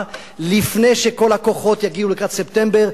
לפני שכל הכוחות יגיעו לקראת ספטמבר,